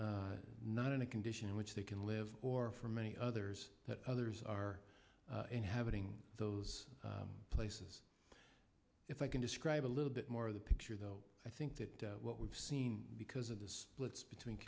either not in a condition in which they can live or for many others that others are inhabiting those places if i can describe a little bit more of the picture though i think that what we've seen because of the splits between